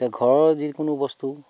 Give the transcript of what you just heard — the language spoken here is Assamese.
এতিয়া ঘৰৰ যিকোনো বস্তু